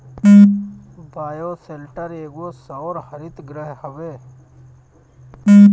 bioshelter एगो सौर हरितगृह हवे